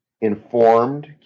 informed